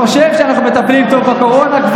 הוא חושב שאנחנו מטפלים טוב בקורונה.